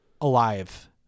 alive